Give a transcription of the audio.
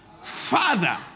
Father